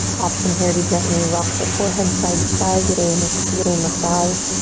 option here to gently rock the forehead side to side. get a little massage little massage